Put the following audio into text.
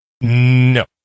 No